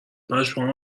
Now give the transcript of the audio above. پشمام